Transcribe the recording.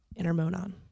Intermonon